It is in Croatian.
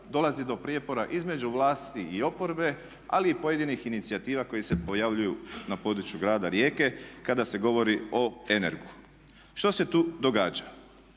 dolazi do prijepora između vlasti i oporbe ali i pojedinih inicijativa koje se pojavljuju na području grada Rijeke kada se govori o Energu. Što se tu događa?